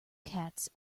cats